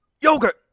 Yogurt